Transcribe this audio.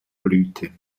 blüte